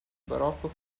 barocco